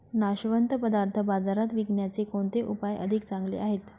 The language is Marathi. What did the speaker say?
नाशवंत पदार्थ बाजारात विकण्याचे कोणते उपाय अधिक चांगले आहेत?